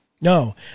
No